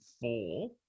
four